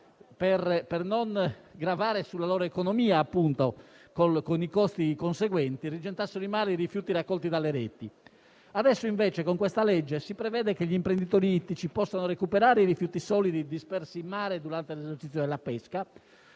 per non gravare sulla loro economia con i costi conseguenti, rigettassero in mare i rifiuti raccolti dalle reti. Adesso, invece, con questa legge si prevede che gli imprenditori ittici possono recuperare i rifiuti solidi dispersi in mare durante l'esercizio della pesca,